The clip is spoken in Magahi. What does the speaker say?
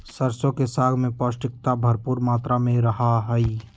सरसों के साग में पौष्टिकता भरपुर मात्रा में रहा हई